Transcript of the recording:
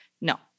No